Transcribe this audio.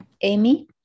Amy